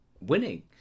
winning